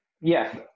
Yes